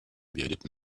bearded